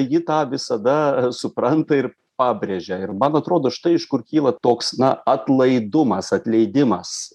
ji tą visada supranta ir pabrėžia ir man atrodo štai iš kur kyla toks na atlaidumas atleidimas